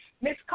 Miss